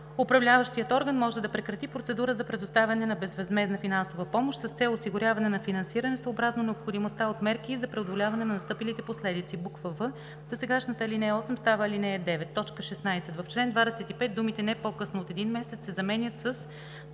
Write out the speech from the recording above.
управляващия орган може да прекрати процедура за предоставяне на безвъзмездна финансова помощ с цел осигуряване на финансиране съобразно необходимостта от мерки и за преодоляване на настъпилите последици.“; в) досегашната ал. 8 става ал. 9. 16. В чл. 25 думите „не по-късно от един месец“ се заменят с